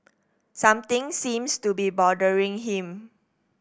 something seems to be bothering him